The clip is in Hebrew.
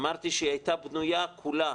אמרתי שהיא הייתה בנויה כולה,